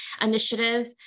initiative